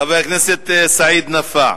חבר הכנסת סעיד נפאע,